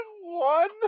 One